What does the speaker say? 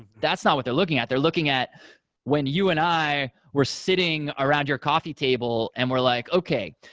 that's not what they're looking at. they're looking at when you and i were sitting around your coffee table and we're like, okay,